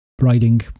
riding